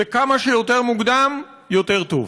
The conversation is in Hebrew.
וכמה שיותר מוקדם יותר טוב.